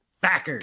backers